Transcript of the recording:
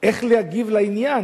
איך להגיב על העניין,